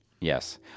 Yes